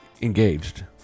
engaged